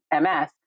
ms